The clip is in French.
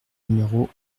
numéro